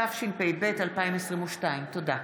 התשפ"ב 2022. תודה.